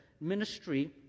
ministry